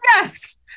yes